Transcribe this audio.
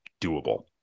doable